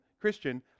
Christian